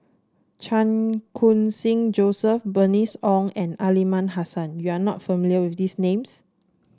Chan Khun Sing Joseph Bernice Ong and Aliman Hassan you are not familiar with these names